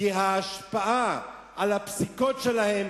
כי ההשפעה על הפסיקות שלהם,